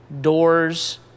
doors